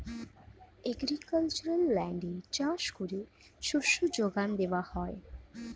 agricultural ল্যান্ডে চাষ করে শস্য যোগান দেওয়া হয়